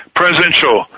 presidential